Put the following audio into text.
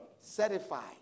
Certified